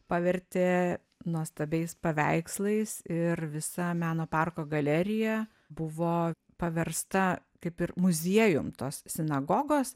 pavertė nuostabiais paveikslais ir visa meno parko galerija buvo paversta kaip ir muziejum tos sinagogos